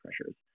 pressures